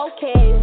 Okay